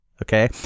Okay